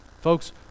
Folks